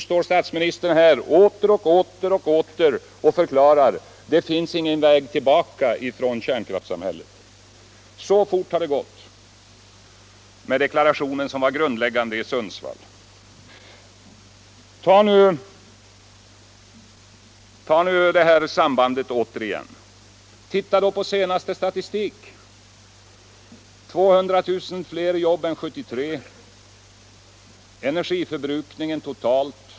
Nu står statsministern här och förklarar åter och åter att det inte finns någon väg tillbaka ifrån kärnkraftssamhället. Så har det gått med deklarationen som var grundläggande i Sundsvall! Granska nu det här sambandet igen. Titta på senaste statistik! 200 000 fler jobb än år 1973.